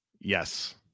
Yes